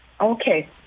Okay